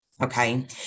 Okay